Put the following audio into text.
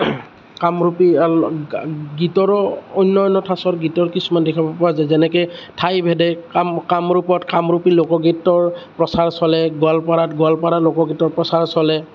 কামৰূপী গীতৰো অন্য অন্য ঠাচৰ গীতৰ কিছুমান দেখিবলৈ পোৱা যায় যেনেকৈ ঠাই ভেদে কাম কামৰূপত কামৰূপী লোকগীতৰ প্ৰচাৰ চলে গোৱালপাৰাত গোৱালপাৰা লোকগীতৰ প্ৰচাৰ চলে